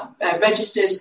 registered